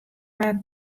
mar